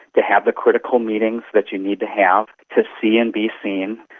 to have the critical meetings that you need to have, to see and be seen,